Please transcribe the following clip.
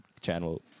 Channel